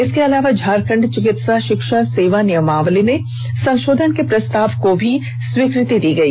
इसके अलावा झारखंड चिकित्सा षिक्षा सेवा नियमावली में संषोधन के प्रस्ताव को भी स्वीकृति दी गई